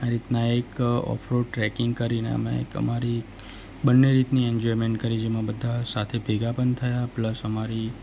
આ રીતના એક ઓફ રોડ ટ્રેકિંગ કરીને અમે એક અમારી બંને રીતની એન્જોયમેન્ટ કરી જેમાં બધા સાથે ભેગા પણ થયા પ્લસ અમારી